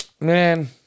Man